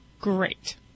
Great